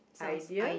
idea